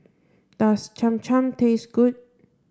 does Cham Cham taste good